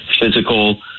physical